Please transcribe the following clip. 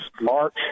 March